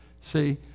see